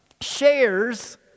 shares